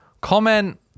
Comment